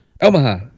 Omaha